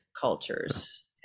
cultures